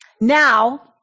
Now